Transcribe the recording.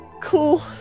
cool